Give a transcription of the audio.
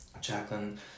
Jacqueline